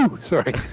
sorry